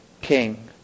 king